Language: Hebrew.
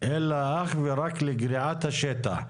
אלא אך ורק לגריעת השטח.